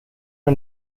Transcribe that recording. the